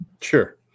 Sure